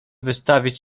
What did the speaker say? wystawić